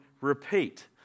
repeat